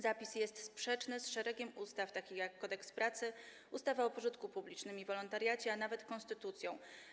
Zapis jest sprzeczny z szeregiem ustaw, takich jak Kodeks pracy, ustawa o działalności pożytku publicznego i o wolontariacie, a nawet konstytucja.